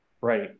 right